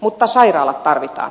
mutta sairaalat tarvitaan